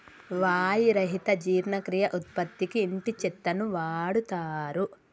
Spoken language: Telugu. వాయి రహిత జీర్ణక్రియ ఉత్పత్తికి ఇంటి చెత్తను వాడుతారు